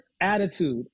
attitude